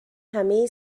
همه